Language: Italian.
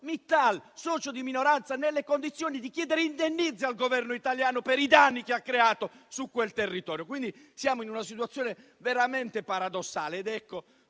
il socio di minoranza Mittal nelle condizioni di chiedere indennizzi al Governo italiano per i danni che ha creato in quel territorio. Ci troviamo quindi in una situazione veramente paradossale